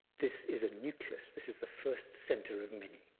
this is a nucleus. this is the first center of many.